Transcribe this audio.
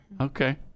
Okay